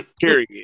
Period